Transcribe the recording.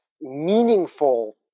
meaningful